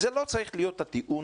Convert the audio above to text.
זה לא צריך להיות הטיעון.